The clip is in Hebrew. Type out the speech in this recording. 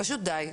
פשוט די.